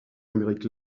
amérique